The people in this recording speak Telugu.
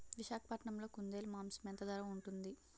విశాఖపట్నంలో కుందేలు మాంసం ఎంత ధర ఉంటుంది?